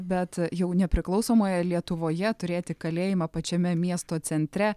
bet jau nepriklausomoje lietuvoje turėti kalėjimą pačiame miesto centre